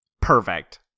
Perfect